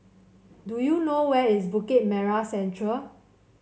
do you know where is Bukit Merah Central